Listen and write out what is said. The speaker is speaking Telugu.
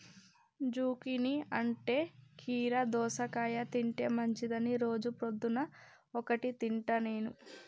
జుకీనీ అంటే కీరా దోసకాయ తింటే మంచిదని రోజు పొద్దున్న ఒక్కటి తింటా నేను